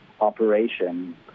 operation